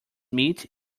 meat